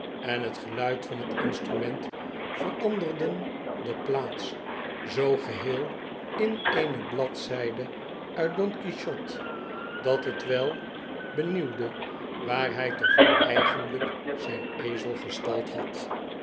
en t geluid van t instrument veranderden de plaats zoo geheel in eeno bladzijde uit don quixote dat t wel benieuwde waar hij toch eigenlijk zijn ezel gestald had